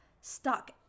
stuck